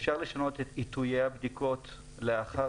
אפשר לשנות את עיתויי הבדיקות לאחר